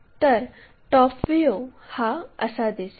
तर top view हा असा दिसेल